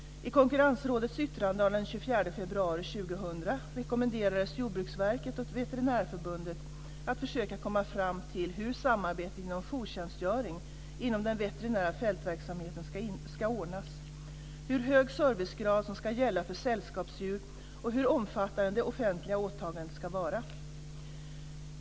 2000 rekommenderades Jordbruksverket och Veterinärförbundet att försöka komma fram till hur samarbetet om jourtjänstgöring inom den veterinära fältverksamheten ska ordnas, hur hög servicegrad som ska gälla för sällskapsdjur och hur omfattande det offentliga åtagandet ska vara.